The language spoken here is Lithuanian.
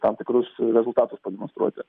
tam tikrus rezultatus pademonstruoti